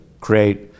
create